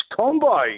combo